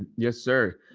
yes, sir.